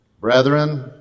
Brethren